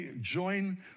Join